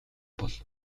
бол